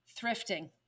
thrifting